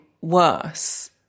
worse